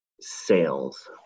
sales